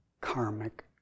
karmic